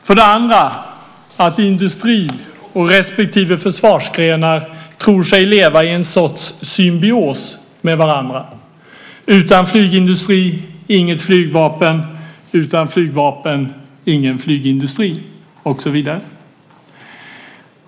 För det andra tror sig industri och respektive försvarsgrenar leva i en sorts symbios med varandra; utan flygindustri inget flygvapen och utan flygvapen ingen flygindustri och så vidare.